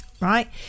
Right